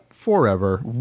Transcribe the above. Forever